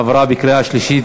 עברה בקריאה שלישית,